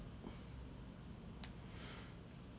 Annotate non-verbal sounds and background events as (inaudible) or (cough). (breath)